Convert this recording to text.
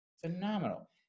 phenomenal